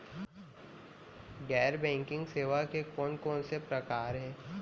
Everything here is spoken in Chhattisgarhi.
गैर बैंकिंग सेवा के कोन कोन से प्रकार हे?